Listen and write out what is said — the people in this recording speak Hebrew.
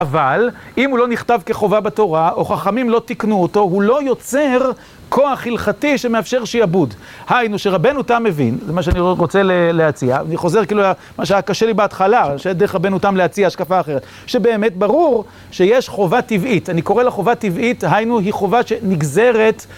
אבל, אם הוא לא נכתב כחובה בתורה, או חכמים לא תיקנו אותו, הוא לא יוצר כוח הלכתי שמאפשר שיעבוד. היינו, שרבנו תם מבין, זה מה שאני רוצה להציע, אני חוזר כאילו מה שהיה קשה לי בהתחלה, שדרך רבנו תם להציע השקפה אחרת, שבאמת ברור שיש חובה טבעית, אני קורא לה חובה טבעית, היינו היא חובה שנגזרת.